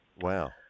wow